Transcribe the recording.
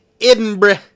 Edinburgh